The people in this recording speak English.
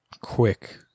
quick